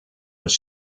was